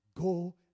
Go